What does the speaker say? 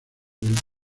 del